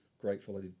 grateful